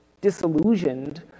disillusioned